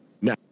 Now